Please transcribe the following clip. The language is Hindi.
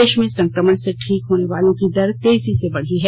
देश में संक्रमण से ठीक होने वालों की दर तेजी से बढ़ी है